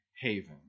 haven